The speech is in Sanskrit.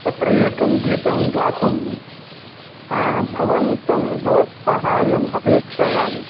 तत्र एकं गीतं गातुं भवन्तं भवत्साहाय्यम् अपेक्षयामि